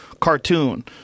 cartoon